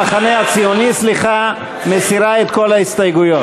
המחנה הציוני, סליחה, מסירה את כל ההסתייגויות?